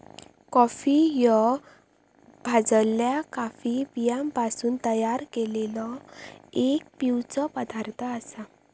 coffee ह्यो भाजलल्या coffee बियांपासून तयार केललो एक पिवचो पदार्थ आसा